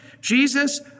Jesus